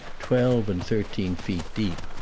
twelve and thirteen feet deep,